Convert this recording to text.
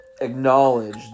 acknowledge